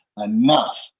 enough